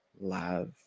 love